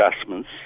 adjustments